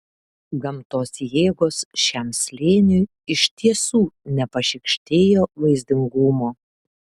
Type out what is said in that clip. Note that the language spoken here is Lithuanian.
gamtos jėgos šiam slėniui iš tiesų nepašykštėjo vaizdingumo